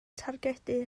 targedu